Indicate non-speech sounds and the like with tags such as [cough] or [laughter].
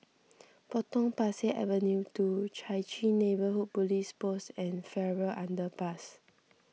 [noise] Potong Pasir Avenue two Chai Chee Neighbourhood Police Post and Farrer Underpass